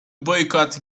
boycott